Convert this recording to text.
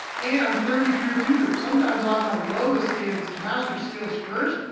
and thirty peer tutors. sometimes i'll have my lowest kids master skills first,